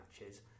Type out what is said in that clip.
matches